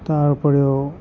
তাৰ উপৰিও